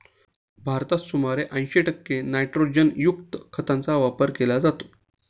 भारतात सुमारे ऐंशी टक्के नायट्रोजनयुक्त खतांचा वापर केला जातो